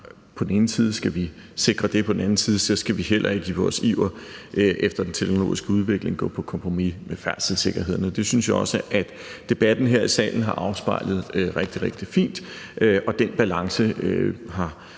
På den ene side skal vi sikre det, og på den anden side skal vi heller ikke i vores iver efter den teknologiske udvikling gå på kompromis med færdselssikkerheden. Det synes jeg også at debatten her i salen har afspejlet rigtig, rigtig fint, og den balance har